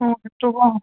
অঁ অঁ